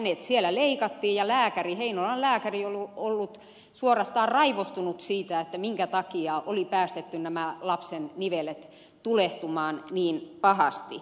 hänet siellä leikattiin ja heinolan lääkäri oli ollut suorastaan raivostunut siitä minkä takia oli päästetty lapsen nivelet tulehtumaan niin pahasti